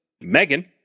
megan